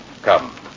Come